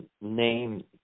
name